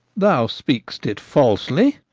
thou speak'st it falsely,